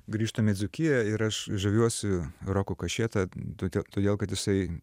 grįžtam į dzūkiją ir aš žaviuosi roku kašėta todė todėl kad jisai